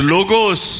Logos